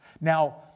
Now